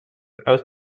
also